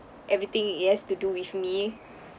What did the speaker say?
everything it has to do with me